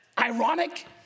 ironic